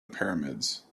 pyramids